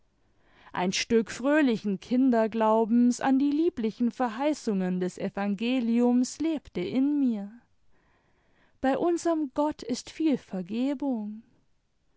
ein stück fröhlichen kinderglaubens an die lieblichen verheißungen des evangeliums lebte in mir bei unserm gott ist viel vergebung